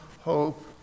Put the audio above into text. hope